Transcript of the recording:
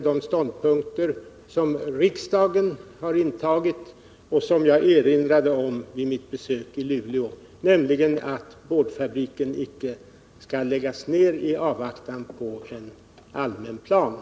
De ståndpunkter som riksdagen har intagit och som jag erinrade om vid mitt besök i Luleå ändras inte, nämligen att boardfabriken i avvaktan på en allmän plan icke skall läggas ned.